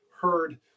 heard